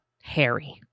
Harry